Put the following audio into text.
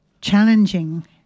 challenging